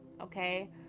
okay